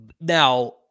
Now